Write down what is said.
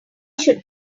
should